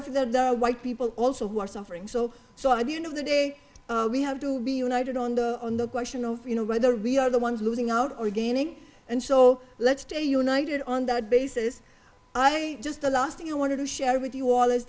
for the white people also who are suffering so so i mean of the day we have to be united on the on the question of you know whether we are the ones losing out or gaining and so let's take united on that basis i just the last thing i wanted to share with you all